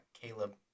Caleb